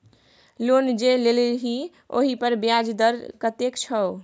loan जे लेलही ओहिपर ब्याज दर कतेक छौ